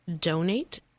donate